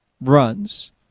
Runs